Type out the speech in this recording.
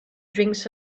drinks